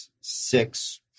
six